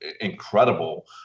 Incredible